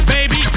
Baby